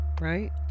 right